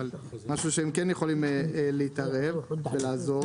אבל משהו שהם כן יכולים להתערב ולעזור.